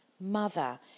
mother